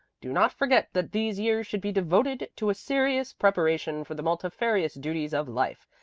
do not forget that these years should be devoted to a serious preparation for the multifarious duties of life,